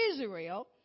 Israel